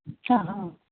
अच्छा हां